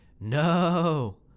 No